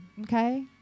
okay